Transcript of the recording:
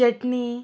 chutney